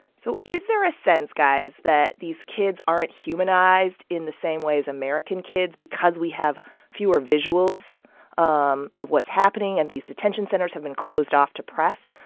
so is there a sense, guys, that these kids aren't humanized in the same way as american kids because we have fewer visuals um of what's happening and these detention centers have been closed off to press?